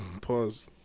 Pause